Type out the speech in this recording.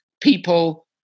people